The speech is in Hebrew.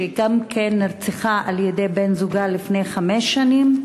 שגם היא נרצחה על-ידי בן-זוגה לפני חמש שנים,